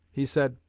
he said,